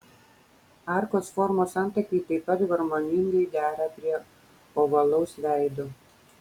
arkos formos antakiai taip pat harmoningai dera prie ovalaus veido